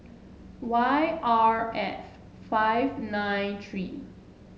Y R F five nine three